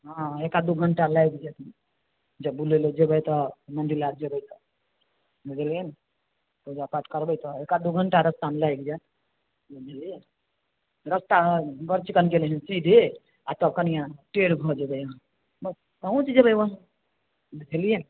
हँ एक आध दू घंटा लागी जेतै जब बुलै लऽ जेबै तऽ मन्दिर पर जेबै तऽ बुझलियै ने पूजापाठ करबै तऽ एक आध दू घंटा रस्ता मे लागि जायत बुझलियै रस्तामे बड़ चिकन गेलै सीधे आ तब कनिये टेढ भऽ जेबै अहाँ बस पहुँच जेबै बस बुझलियै